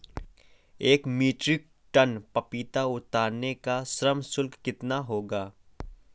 एक metric ton पपीता उतारने का श्रम शुल्क कितना होगा?